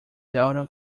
delta